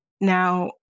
Now